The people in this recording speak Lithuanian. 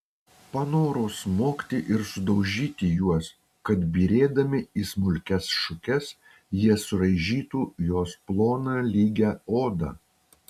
panorau smogti ir sudaužyti juos kad byrėdami į smulkias šukes jie suraižytų jos ploną lygią odą